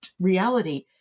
reality